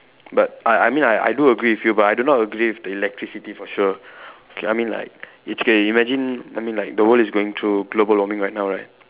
but I I mean I I do agree with you but I do not agree with the electricity for sure okay I mean like it's okay imagine I mean like the world is going through global warming right now right